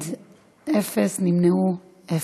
אין מתנגדים, אין נמנעים.